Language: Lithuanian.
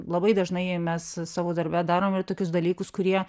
labai dažnai mes savo darbe darom ir tokius dalykus kurie